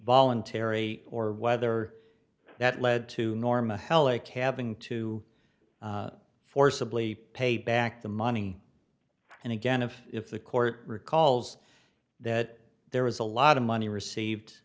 voluntary or whether that led to norma heloc having to forcibly pay back the money and again if if the court recalls that there was a lot of money received